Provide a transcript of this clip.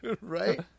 Right